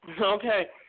Okay